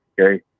Okay